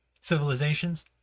civilizations